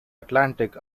atlantic